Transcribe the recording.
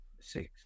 Six